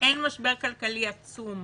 אין משבר כלכלי עצום,